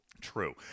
True